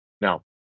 Now